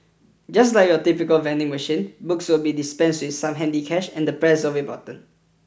just like your typical vending machine books will be dispensed with some handy cash and the press of a button